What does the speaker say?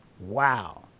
wow